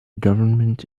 government